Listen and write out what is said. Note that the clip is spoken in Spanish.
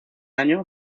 año